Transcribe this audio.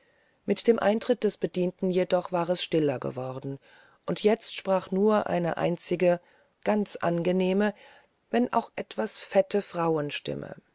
mit dem eintritt des bedienten jedoch war es stiller geworden und jetzt sprach nur eine einzige ganz angenehme wenn auch etwas fette frauenstimme